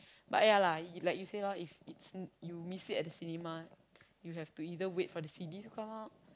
but ya lah like you say lor if you miss it at the cinema you have to either wait for the C_D to come out